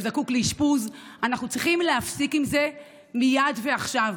ו"זקוק לאשפוז" אנחנו צריכים להפסיק עם זה מייד ועכשיו.